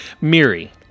Miri